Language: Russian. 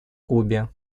кубе